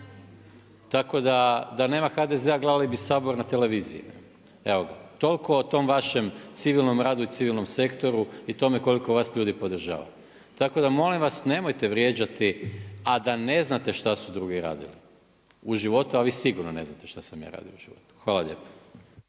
Tako da nema HDZ-a gledali bi Sabor na televiziji. Toliko o tom vašem civilnom radu i civilnom sektoru i tome koliko vas ljudi podražava. Tako da molim vas nemojte vrijeđati, a da ne znate šta su drugi radili u životu, a vi sigurno ne znate šta sam ja radio u životu. Hvala lijepo.